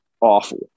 awful